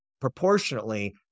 proportionately